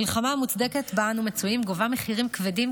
המלחמה המוצדקת שבה אנו מצויים גובה מחירים כבדים,